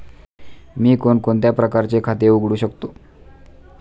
मी कोणकोणत्या प्रकारचे खाते उघडू शकतो?